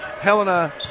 Helena